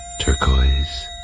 Turquoise